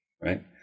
right